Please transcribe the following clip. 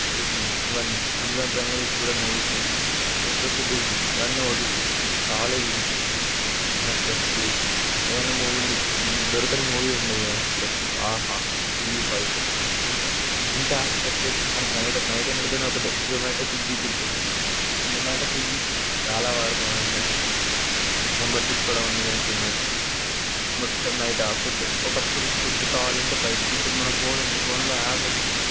Disney ఇవన్నీ Amazon ప్రైమ్లో నీకు చూడని మూవీస్ ఉంటాయి నెక్స్ట్ వస్తే డిస్నీ ఇవన్నీ ఓటిటిస్ చాలా యూజెస్ మన స్ట్రెస్ రిలీఫ్ ఏదైనా మూవీ మీకు మీకు దొరకని మూవీ ఉండదు కదా ఆహా జీ ఫైవ్ ఇంకా ఇంకా యాప్స్కి వచ్చేసి మనకి నైట్ నైట్ ఏదైనా ఒకటి జొమాటో స్విగ్గీ గుర్తొస్తుంది జొమాటో స్విగ్గీ చాలా వాడతాము అవిట్లో మెంబర్షిప్ కూడా ఉంది జొమాటో మొత్తం నైట్ ఆ ఫుడ్ ఒకప్పుడు ఫుడ్డు కావాలంటే బయటకి ఇప్పుడు మన ఫోన్ ఉంది ఫోన్లో యాప్ ఉంది